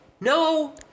No